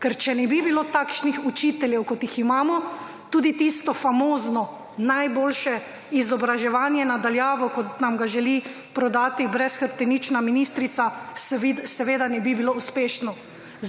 ker če ne bi bilo takšnih učiteljev kot jih imamo tudi tisto famozno najboljše izobraževanje na daljavo kot nam ga želi prodati brez hrbtenična ministrica seveda ne bi bilo uspešno.